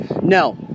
No